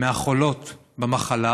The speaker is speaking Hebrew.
החולות במחלה,